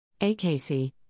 AKC